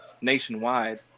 nationwide